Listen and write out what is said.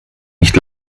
nicht